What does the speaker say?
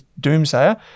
doomsayer